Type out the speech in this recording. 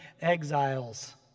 exiles